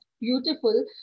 beautiful